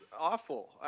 awful